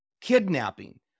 Kidnapping